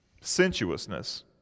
sensuousness